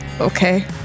okay